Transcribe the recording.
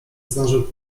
zdążył